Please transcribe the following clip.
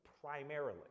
primarily